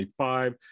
25